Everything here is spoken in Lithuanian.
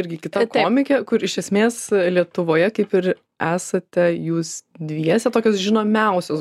irgi kita komikė kuri iš esmės lietuvoje kaip ir esate jūs dviese tokios žinomiausios